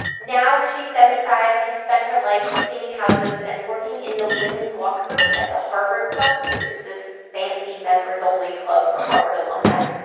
now she's seventy five and has spent her life cleaning houses and working in the women's locker room at the harvard club, which is this fancy members-only club for harvard alumni.